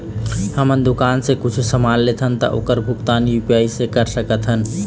हमन दुकान से कुछू समान लेथन ता ओकर भुगतान यू.पी.आई से कर सकथन?